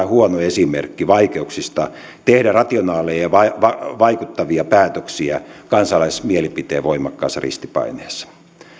huono esimerkki vaikeuksista tehdä rationaalisia ja vaikuttavia päätöksiä kansalaismielipiteen voimakkaassa ristipaineessa